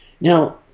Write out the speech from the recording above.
now